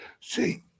See